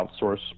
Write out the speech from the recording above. outsource